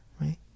right